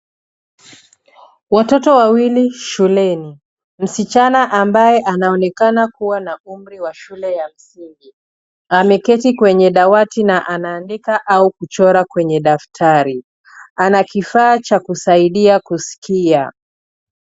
Watoto wawili shuleni. Msichana ambaye anaonekana kuwa na umri wa shule ya msingi ameketi kwenye dawati na anaandika au kuchora kwenye daftari. Ana kifaa cha kusaidia kusikia.